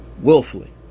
willfully